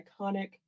iconic